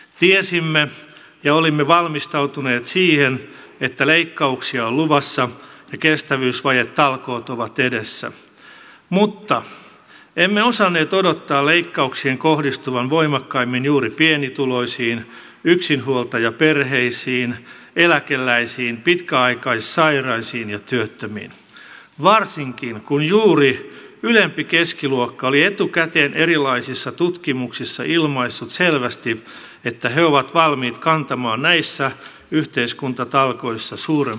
tiesimme ja olimme valmistautuneet siihen että leikkauksia on luvassa ja kestävyysvajetalkoot ovat edessä mutta emme osanneet odottaa leikkauksien kohdistuvan voimakkaimmin juuri pienituloisiin yksinhuoltajaperheisiin eläkeläisiin pitkäaikaissairaisiin ja työttömiin varsinkin kun juuri ylempi keskiluokka oli etukäteen erilaisissa tutkimuksissa ilmaissut selvästi että he ovat valmiit kantamaan näissä yhteiskuntatalkoissa suuremman vastuun